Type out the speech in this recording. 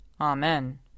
Amen